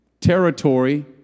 territory